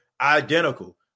identical